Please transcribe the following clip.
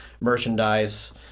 merchandise